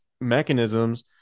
mechanisms